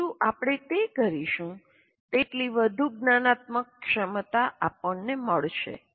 જેટલું આપણે તે કરીશું તેટલી વધુ જ્ઞાનાત્મક ક્ષમતા આપણને મળશે